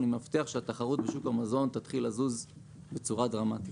אני מבטיח שהתחרות בשוק המזון תתחיל לזוז בצורה דרמטית.